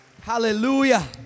Hallelujah